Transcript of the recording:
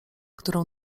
którą